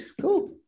Cool